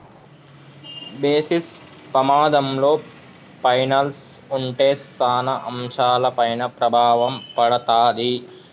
basis పమాధంలో finals ఉంటే సాన అంశాలపైన ప్రభావం పడతాది